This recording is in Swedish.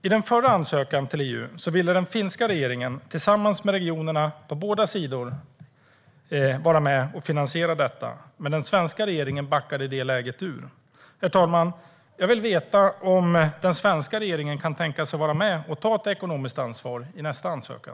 I den förra ansökan till EU ville den finska regeringen tillsammans med regionerna på båda sidor vara med och finansiera detta, men den svenska regeringen backade i det läget ur. Herr talman! Jag vill veta om den svenska regeringen kan tänka sig att vara med och ta ett ekonomiskt ansvar i nästa ansökan.